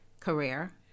Career